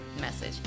message